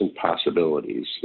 possibilities